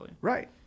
Right